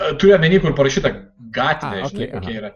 turiu omeny kur parašyta gatvė žinai kokia yra